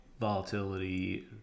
volatility